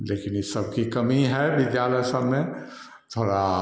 लेकिन इस सब की कमी है विद्यालय सब में थोड़ा